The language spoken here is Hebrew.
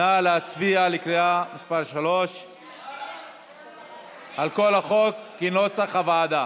נא להצביע בקריאה שלישית על כל החוק כנוסח הוועדה.